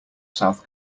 south